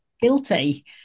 guilty